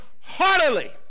heartily